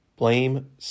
Blame